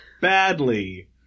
Badly